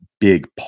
big